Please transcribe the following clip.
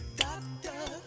doctor